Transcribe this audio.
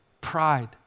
Pride